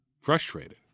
frustrated